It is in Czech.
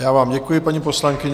Já vám děkuji, paní poslankyně.